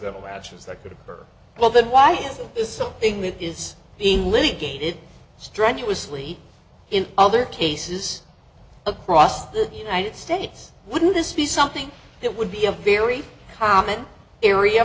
rapture is that could occur well then why has this something that is being litigated strenuously in other cases across the united states wouldn't this be something that would be a very common area